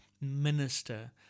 minister